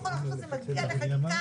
זה מה שאני רוצה להגיד.